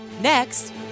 Next